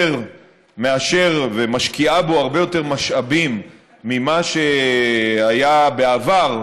ומשקיעה בו הרבה יותר משאבים ממה שהיה בעבר,